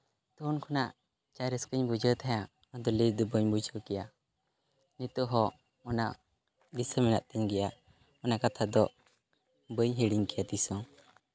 ᱛᱚᱠᱷᱚᱱ ᱠᱷᱚᱱᱟᱜ ᱡᱟ ᱨᱟᱹᱥᱠᱟᱹᱧ ᱵᱩᱡᱷᱟᱹᱣ ᱛᱟᱦᱮᱸᱫ ᱟᱫᱚ ᱞᱟᱹᱭᱛᱮ ᱵᱟᱹᱧ ᱵᱩᱡᱷᱟᱹᱣ ᱠᱮᱭᱟ ᱱᱤᱛᱚᱜ ᱦᱚᱸ ᱚᱱᱟ ᱫᱤᱥᱟᱹ ᱢᱮᱱᱟᱜ ᱛᱤᱧ ᱜᱮᱭᱟ ᱚᱱᱟ ᱠᱟᱛᱷᱟ ᱫᱚ ᱵᱟᱹᱧ ᱦᱤᱲᱤᱧ ᱠᱮᱭᱟ ᱛᱤᱸᱥ ᱦᱚᱸ